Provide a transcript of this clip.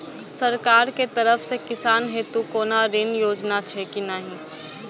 सरकार के तरफ से किसान हेतू कोना ऋण योजना छै कि नहिं?